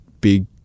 big